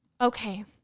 Okay